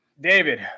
David